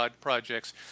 projects